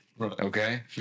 okay